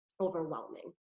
overwhelming